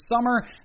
summer